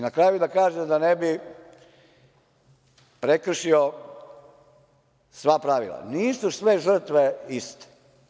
Na kraju da kažem, da ne bi prekršio sva pravila, nisu sve žrtve iste.